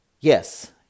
Yes